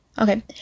Okay